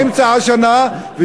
באמצע השנה.